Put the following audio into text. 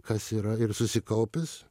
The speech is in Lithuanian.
kas yra ir susikaupęs